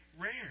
rare